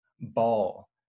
ball